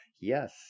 Yes